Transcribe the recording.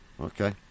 Okay